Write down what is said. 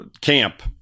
camp